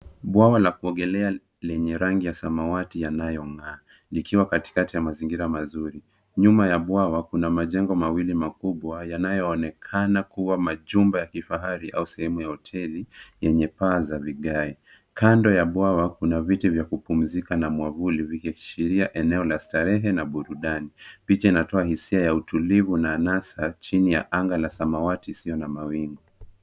Bwawa la kuogelea lenye rangi ya samawati yanayonga'aa likiwa katikati ya mazingira mazuri. Nyuma ya bwawa kuna majengo mawili makubwa yanayoonekana kuwa majumba ya kifahari au sehemu ya hoteli yenye paa za vigae. Kando ya bwawa kuna viti vya kupumzika na mwavuli vikiashiria eneo la starehe na burudani. Picha inatoa hisia ya utulivu na anasa chini ya anga la samawati isiyo na mawingu.